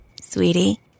Sweetie